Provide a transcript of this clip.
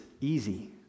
easy